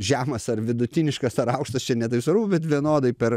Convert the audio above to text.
žemas ar vidutiniškas ar aukštas čia ne taip svarbu bet vienodai per